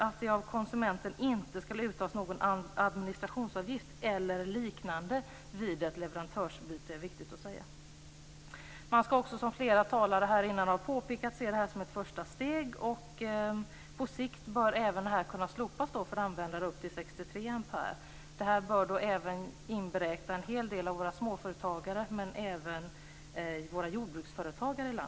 Att det av konsumenten inte skall uttas någon administrationsavgift eller liknande vid ett leverantörsbyte är viktigt att säga. Man skall också, som flera talare har påpekat här innan, se det som ett första steg. På sikt bör bestämmelsen även kunna slopas för användare av upp till 63 ampere. Det bör även inberäkna en hel del av våra småföretagare, men även landets jordbruksföretagare.